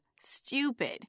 stupid